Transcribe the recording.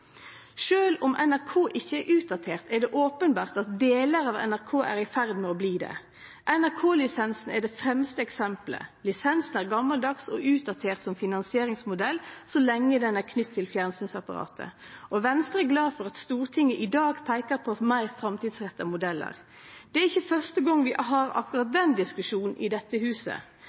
om NRK ikkje er utdatert, er det openbert at delar av NRK er i ferd med å bli det. NRK-lisensen er det fremste eksemplet. Lisensen er gamaldags og utdatert som finansieringsmodell så lenge han er knytt til fjernsynsapparatet, og Venstre er glad for at Stortinget i dag peikar på meir framtidsretta modellar. Det er ikkje første gong vi har akkurat den diskusjonen i dette huset.